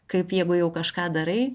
kaip jeigu jau kažką darai